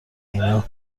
اینا